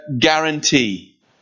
guarantee